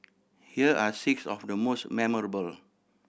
here are six of the most memorable